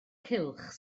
cylch